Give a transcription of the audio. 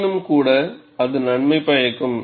ஆயினும்கூட அது நன்மை பயக்கும்